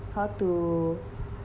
how to